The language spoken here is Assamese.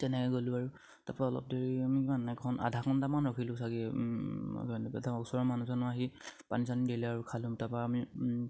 তেনেকে গ'লোঁ আৰু তাপা অলপ দেৰি আমি মানে এখন আধা ঘণ্টামান ৰখিলোঁ ছাগে তাৰপা ওচৰৰ মানুহ চানুহ আহি পানী চানী দিলে আৰু খালোঁ তাৰপা আমি